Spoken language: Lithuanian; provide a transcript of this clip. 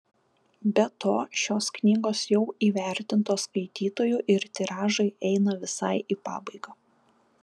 be to šios knygos jau įvertintos skaitytojų ir tiražai eina visai į pabaigą